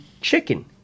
chicken